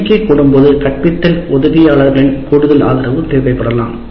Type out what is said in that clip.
எண்ணிக்கை கூடும்போது கற்பித்தல் உதவியாளர்களின் கூடுதல் ஆதரவு தேவைப்படலாம்